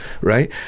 right